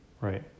Right